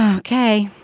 um okay